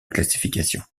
classification